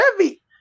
heavy